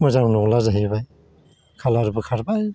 मोजां नंला जाहैबाय खालारबो खारबाय